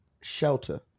shelter